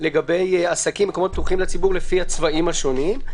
לגבי עסקים ומקומות פתוחים לציבור לפי הצבעים השונים.